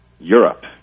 Europe